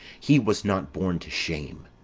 he was not born to shame.